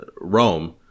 Rome